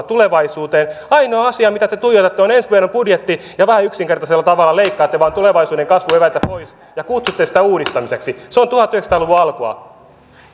tulevaisuuteen ainoa asia mitä te tuijotatte on ensi vuoden budjetti ja vähän yksinkertaisella tavalla leikkaatte vain tulevaisuuden kasvueväitä pois ja kutsutte sitä uudistamiseksi se on tuhatyhdeksänsataa luvun alkua